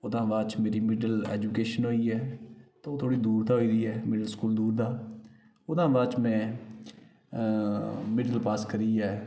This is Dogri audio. ओह्दा शा बाद च मिडल एजुकेशन होई ऐ ते ओह् थोह्ड़ी दूर दा होई ऐ मिडल स्कूल दूर दा ओह्दे बाद च में मिडल पास करियै